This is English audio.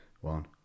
one